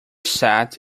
sat